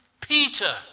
Peter